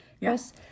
yes